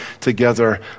together